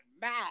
mad